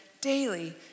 daily